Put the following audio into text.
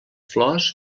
flors